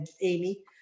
Amy